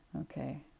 Okay